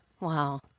Wow